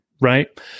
right